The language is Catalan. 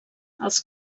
els